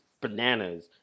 bananas